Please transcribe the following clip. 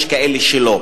יש כאלה שלא,